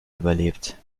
überlebt